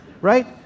Right